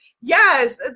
yes